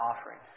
offering